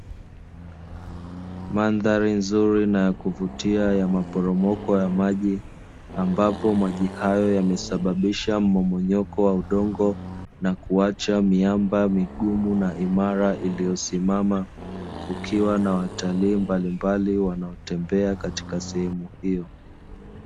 Mandhari nzuri na ya kuvutia ya maporomoko ya maji, ambapo maji hayo yamesababisha mmomonyoko wa udongo na kuacha miamba migumu na imara iliyosimama, kukiwa na watalii mbalimbali wanaotembea katika sehemu hiyo.